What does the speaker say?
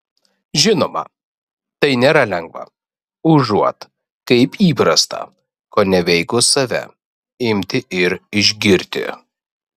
žinoma tai nėra lengva užuot kaip įprasta koneveikus save imti ir išgirti